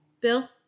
Bill